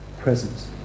presence